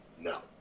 No